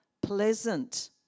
pleasant